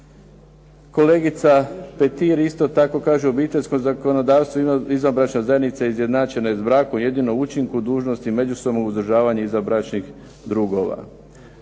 Kolegica Petir isto tako kaže "Obiteljsko zakonodavstvo izvanbračne zajednice izjednačena je s brakom jedino u učinku dužnosti međusobnog uzdržavanja izvanbračnih drugova".